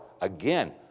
Again